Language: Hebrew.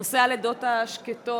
נושא הלידות השקטות,